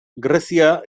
grezia